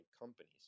companies